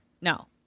No